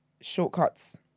shortcuts